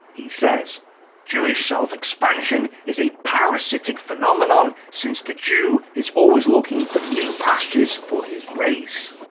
he says jewish self-expansion is a parasitic phenomenon since the jew is always looking for new pastures for his race.